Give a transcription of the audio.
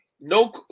no